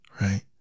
right